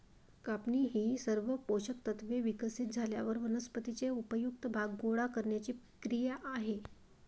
कापणी ही सर्व पोषक तत्त्वे विकसित झाल्यावर वनस्पतीचे उपयुक्त भाग गोळा करण्याची क्रिया आहे